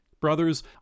Brothers